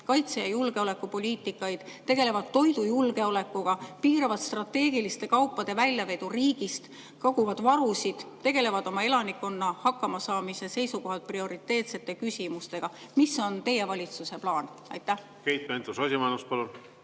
kaitse- ja julgeolekupoliitikat, tegelevad toidujulgeolekuga, piiravad strateegiliste kaupade väljavedu riigist, koguvad varusid, tegelevad oma elanikkonna hakkamasaamise seisukohalt prioriteetsete küsimustega. Mis on teie valitsuse plaan? Keit Pentus-Rosimannus, palun!